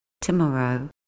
tomorrow